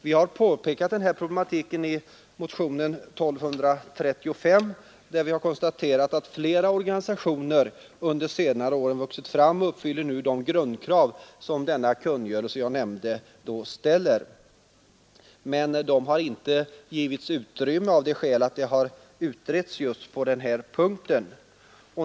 Vi har påvisat problematiken i motionen 1235, där vi konstaterar: ”Flera organisationer har under de senaste åren vuxit fram och uppfyller nu de grundkrav kungörelsen ställer.” Emellertid har de icke förklarats berättigade till stöd i avvaktan på en utredning just på den här punkten.